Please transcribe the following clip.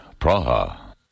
Praha